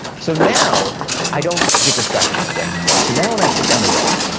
so now i don't get distracted this way anymore. so now when i sit down to write,